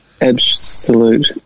absolute